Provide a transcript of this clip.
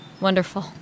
Wonderful